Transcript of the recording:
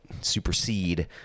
supersede